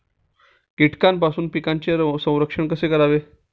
कीटकांपासून पिकांचे संरक्षण कसे करावे?